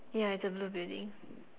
ya it's a blue building